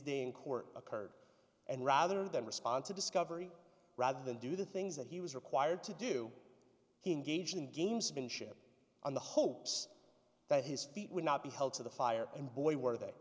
day in court occurred and rather than respond to discovery rather than do the things that he was required to do he engaged in gamesmanship on the hopes that his feet would not be held to the fire and boy were t